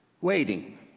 waiting